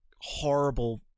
horrible